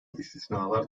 istisnalar